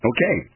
Okay